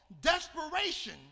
desperation